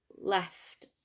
left